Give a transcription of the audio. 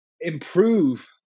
improve